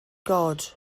god